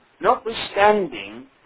Notwithstanding